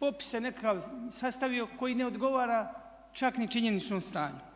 popise nekakav sastavio koji ne odgovara čak ni činjeničnom stanju.